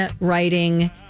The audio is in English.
writing